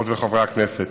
חברות וחברי הכנסת,